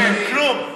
כלום.